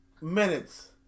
minutes